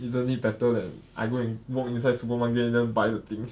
easily better than I go and walk inside supermarket then buy the thing